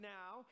now